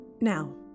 Now